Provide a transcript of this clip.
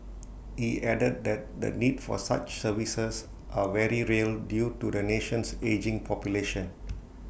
he added that the the need for such services are very real due to the nation's ageing population